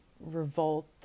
revolt